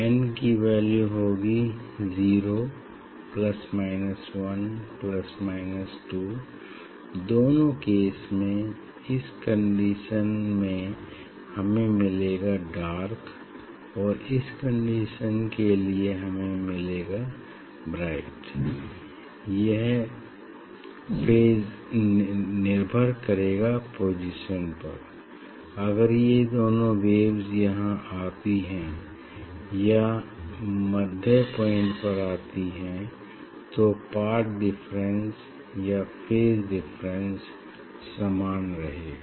n की value होगी zero plus minus 1 plus minus 2 दोनों केस में इस कंडीशन में हमें मिलेगा डार्क और इस कंडीशन के लिए हमे मिलेगी B यह फेज निर्भर करेगा पोजीशन पर अगर ये दोनों वेव्स यहाँ आती हैं या मध्य पॉइंट पर आती हैं तो पाथ डिफरेंस या फेज डिफरेंस समान रहेगा